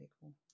cool